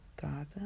Gaza